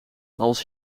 als